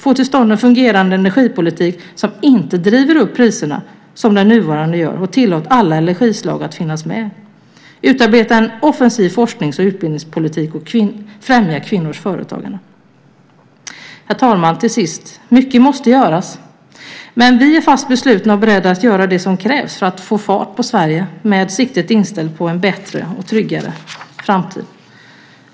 Få till stånd en fungerande energipolitik så att priserna inte drivs upp, som de gör med den nuvarande politiken. Tillåt alla energislag att finnas med. Utarbeta en offensiv forsknings och utbildningspolitik. Främja kvinnors företagande. Herr talman! Mycket måste göras. Men vi är fast beslutna och beredda att göra det som krävs för att få fart på Sverige, med siktet inställt på en bättre och tryggare framtid.